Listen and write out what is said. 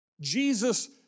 Jesus